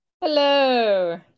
hello